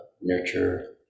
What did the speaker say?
nurture